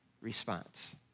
response